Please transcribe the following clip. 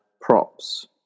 props